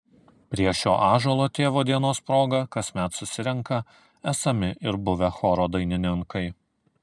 prie šio ąžuolo tėvo dienos proga kasmet susirenka esami ir buvę choro dainininkai